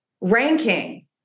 ranking